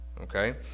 okay